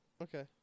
Okay